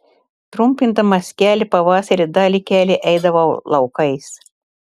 trumpindamas kelią pavasarį dalį kelio eidavau laukais